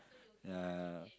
ya